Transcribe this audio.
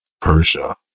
Persia